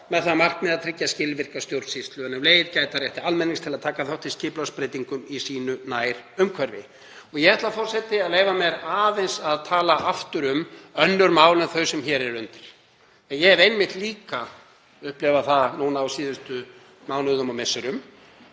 með það að markmiði að tryggja skilvirka stjórnsýslu en um leið gæta að rétti almennings til að taka þátt í skipulagsbreytingum í sínu nærumhverfi. Ég ætla, forseti, að leyfa mér aðeins að tala aftur um önnur mál en þau sem hér eru undir. Ég hef einmitt líka upplifað það á síðustu mánuðum og misserum